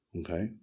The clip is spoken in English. Okay